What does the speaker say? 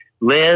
Liz